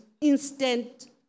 instant